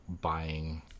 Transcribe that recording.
buying